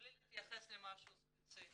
בלי להתייחס למשהו ספציפי.